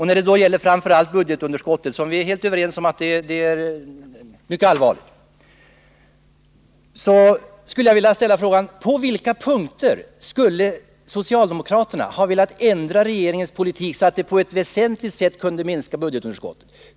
När det gäller budgetunderskottet, som vi är helt överens om är mycket allvarligt, skulle jag vilja ställa frågan: På vilka punkter skulle socialdemokraterna ha velat ändra regeringens politik, så att den på ett väsentligt sätt skulle ha minskat budgetunderskottet?